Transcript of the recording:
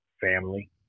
family